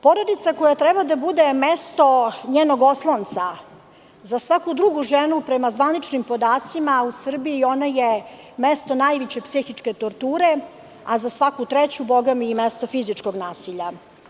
Porodica, koja treba da bude mesto njenog oslonca, za svaku drugu ženu, prema zvaničnim podacima u Srbiji, ona je mesto najveće psihičke torture, a za svaku treću, bogami, i mesto fizičkog nasilja.